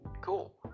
Cool